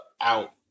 out